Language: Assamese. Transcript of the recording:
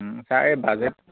ছাৰ এই বাজেট